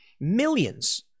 millions